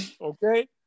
Okay